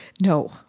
No